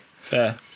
Fair